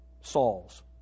Saul's